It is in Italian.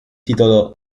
titolo